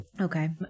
Okay